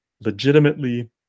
legitimately